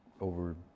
over